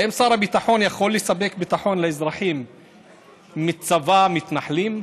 האם שר הביטחון יכול לספק ביטחון לאזרחים מצבא המתנחלים?